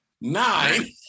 nine